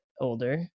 older